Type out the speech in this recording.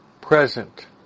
present